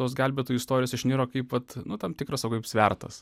tos gelbėtojų istorijos išniro kaip vat nu tam tikras va kaip svertas